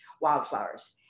wildflowers